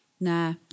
Nah